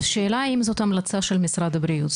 השאלה היא אם זאת המלצה של משרד הבריאות.